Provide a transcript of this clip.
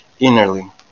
innerly